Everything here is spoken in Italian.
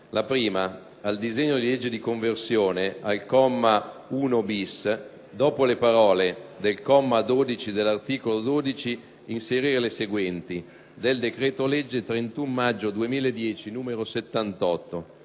«Al disegno di legge di conversione, al comma 1-*bis*, dopo le parole "del comma 12 dell'articolo 12", inserire le seguenti: "del decreto-legge 31 maggio 2010, n. 78".